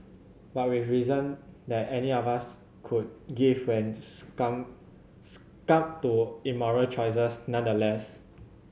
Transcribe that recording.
but with reason that any of us could give when succumbed succumbed to immoral choices nonetheless